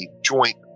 joint